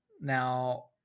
now